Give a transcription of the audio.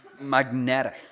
magnetic